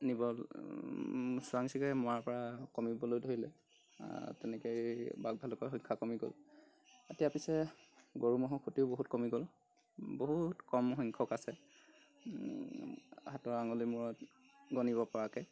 নিব চোৰাং চিকাৰীয় মৰাৰ পৰা কমিবলৈ ধৰিলে তেনেকৈয়ে বাঘ ভালুকৰ সংখ্যা কমি গ'ল এতিয়া পিছে গৰু ম'হৰ খুটিও বহুত কমি গ'ল বহুত কম সংখ্যক আছে হাতৰ আঙুলিৰ মূৰত গণিব পৰাকৈ